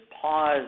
pause